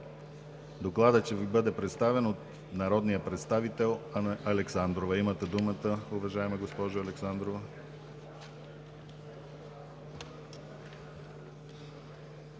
въпроси ще Ви бъде представен от народния представител Анна Александрова. Имате думата, уважаема госпожо Александрова.